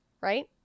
right